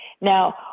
Now